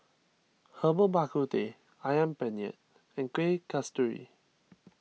Herbal Bak Ku Teh Ayam Penyet and Kueh Kasturi